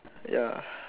ya